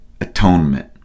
atonement